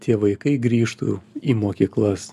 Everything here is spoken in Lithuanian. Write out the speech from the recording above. tie vaikai grįžtų į mokyklas